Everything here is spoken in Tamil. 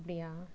அப்படியா